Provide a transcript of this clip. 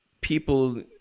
people